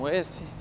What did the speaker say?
esse